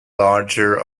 larger